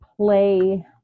play